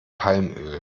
palmöl